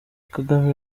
kagame